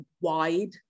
wide